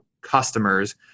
customers